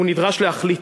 הוא נדרש להחליט,